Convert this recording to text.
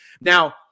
now